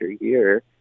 year